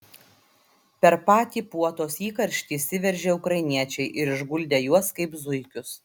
per patį puotos įkarštį įsiveržė ukrainiečiai ir išguldė juos kaip zuikius